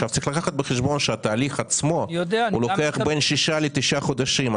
צריך לקחת בחשבון שהתהליך לוקח בין שישה לתשעה חודשים.